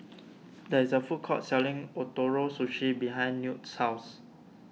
there is a food court selling Ootoro Sushi behind Newt's house